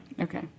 okay